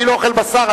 אני לא אוכל בשר,